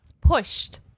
Pushed